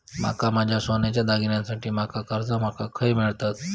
माका माझ्या सोन्याच्या दागिन्यांसाठी माका कर्जा माका खय मेळतल?